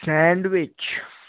sandwich